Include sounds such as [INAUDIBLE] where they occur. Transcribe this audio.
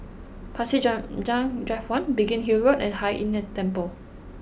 Pasir Panjang [HESITATION] Drive One Biggin Hill Road and Hai Inn the Temple